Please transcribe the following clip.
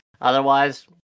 Otherwise